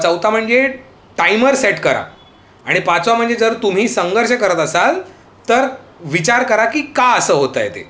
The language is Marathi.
चौथा म्हणजे टाइमर सेट करा आणि पाचवा म्हणजे जर तुम्ही संघर्ष करत असाल तर विचार करा की का असं होतं आहे ते